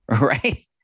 right